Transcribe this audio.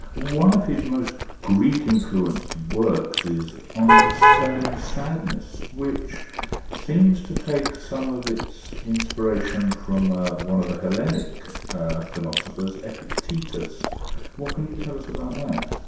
one of his most greek-influenced works is on dispelling sadness, which seems to take some of its inspiration from ah one of the hellenic philosophers, epictetus. what can you tell us about that?